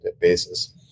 basis